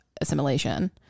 assimilation